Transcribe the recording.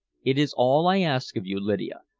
it is all i ask of you, lydia,